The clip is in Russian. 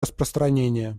распространение